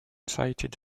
cited